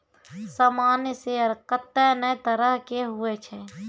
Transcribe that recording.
सामान्य शेयर कत्ते ने तरह के हुवै छै